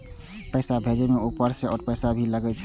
पैसा भेजे में ऊपर से और पैसा भी लगे छै?